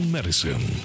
Medicine